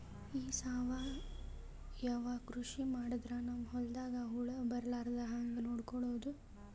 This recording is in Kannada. ಈ ಸಾವಯವ ಕೃಷಿ ಮಾಡದ್ರ ನಮ್ ಹೊಲ್ದಾಗ ಹುಳ ಬರಲಾರದ ಹಂಗ್ ನೋಡಿಕೊಳ್ಳುವುದ?